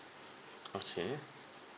okay